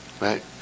right